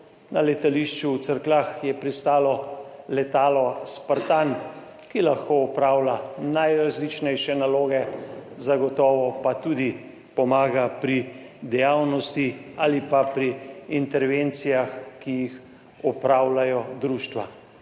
Na letališču v Cerkljah je pristalo letalo Spartan, ki lahko opravlja najrazličnejše naloge, zagotovo pa tudi pomaga pri dejavnosti ali pa pri intervencijah, ki jih opravljajo društva.